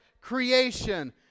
creation